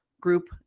group